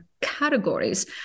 categories